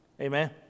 Amen